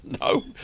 No